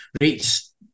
rates